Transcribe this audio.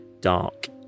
dark